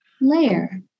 layer